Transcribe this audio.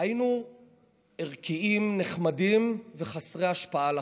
היינו ערכיים, נחמדים וחסרי השפעה לחלוטין,